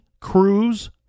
Cruz